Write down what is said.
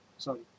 sorry